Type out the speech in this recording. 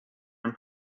and